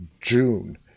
June